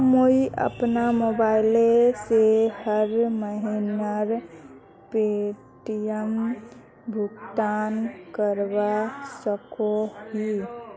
मुई अपना मोबाईल से हर महीनार प्रीमियम भुगतान करवा सकोहो ही?